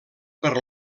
per